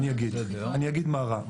אני אגיד מה רע.